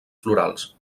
florals